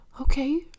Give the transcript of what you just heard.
okay